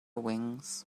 wings